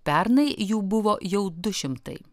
pernai jų buvo jau du šimtai